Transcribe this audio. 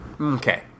Okay